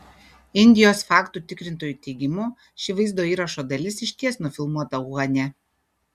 indijos faktų tikrintojų teigimu ši vaizdo įrašo dalis išties nufilmuota uhane